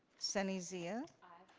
sunny zia? aye.